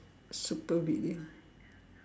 supervillain